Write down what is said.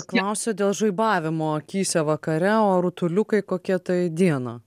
klausė dėl žaibavimo akyse vakare o rutuliukai kokie tai dieną